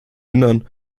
innern